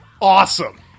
Awesome